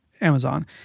Amazon